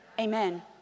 Amen